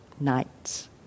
nights